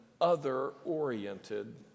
other-oriented